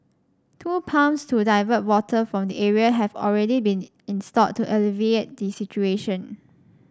two pumps to divert water from the area have already been installed to alleviate the situation